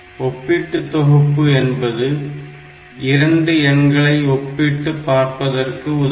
ஒப்பீட்டு தொகுப்பு என்பது இரண்டு எண்களை ஒப்பிட்டுப் பார்ப்பதற்கு உதவும்